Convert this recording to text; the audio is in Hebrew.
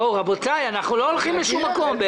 רבותי, אנחנו הולכים לשום מקום,